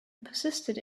persisted